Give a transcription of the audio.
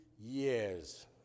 years